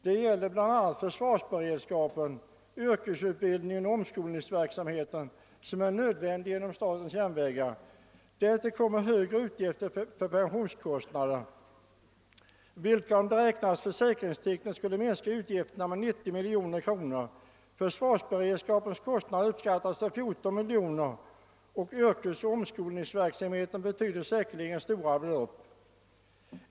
Det gäller bl.a. försvarsberedskapen, yrkesutbildningen och omskolningsverksamheten som behövs inom SJ, och därtill kommer högre utgifter för pensioner, vilka kanske om de räknas försäkringstekniskt skulle minska utgifterna med 90 miljoner kronor. Försvarsberedskapens kostnader uppskattas till 14 miljoner kronor, och yrkesoch omskolningsverksamheten betyder säkerligen stora belopp.